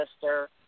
sister